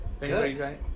Good